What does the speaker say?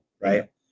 right